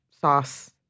sauce